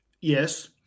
Yes